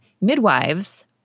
midwives